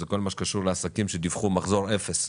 כל מה שקשור לעסקים שדיווחו על מחזור אפס.